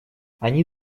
они